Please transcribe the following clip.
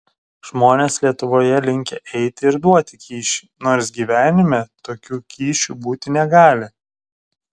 žmonės lietuvoje linkę eiti ir duoti kyšį nors gyvenime tokių kyšių būti negali